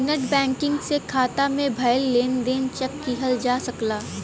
net banking से खाता में भयल लेन देन चेक किहल जा सकला